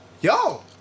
Yo